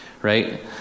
Right